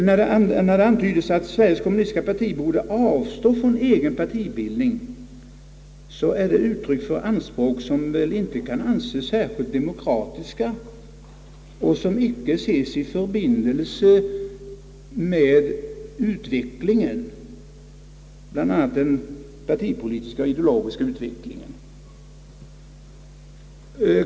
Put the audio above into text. När det antydes att Sveriges kommunistiska parti borde avstå från egen partibildning är det ett uttryck för anspråk som väl inte kan anses som särskilt demokratiska och som inte ses i förbindelse med utvecklingen, bl.a. den partipolitiska och ideologiska utvecklingen.